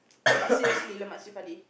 but seriously love much chilli-padi